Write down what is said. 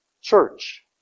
church